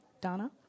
Donna